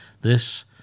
This